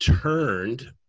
turned